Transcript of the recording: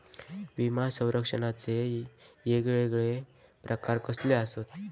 विमा सौरक्षणाचे येगयेगळे प्रकार कसले आसत?